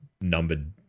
numbered